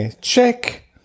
check